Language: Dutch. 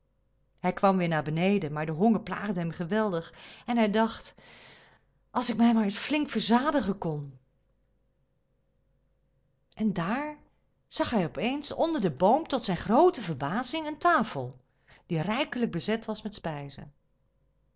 hij kwam weêr naar beneden maar de honger plaagde hem geweldig en hij dacht als ik mij maar eens flink verzadigen kon en daar zag hij op eens onder den boom tot zijn groote verbazing een tafel die rijkelijk bezet was met spijzen